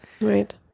Right